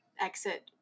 exit